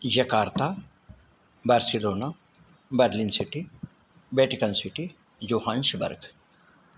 Jakarta Barcelona Berlin city Vatican city योहांश् बर्ग्